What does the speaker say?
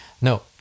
No